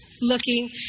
looking